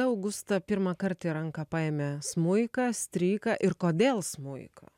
augusta pirmąkart į ranką paėmė smuiką stryką ir kodėl smuiką